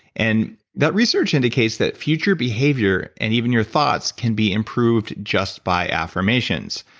and that research indicates that future behavior and even your thoughts can be improved just by affirmations,